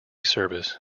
service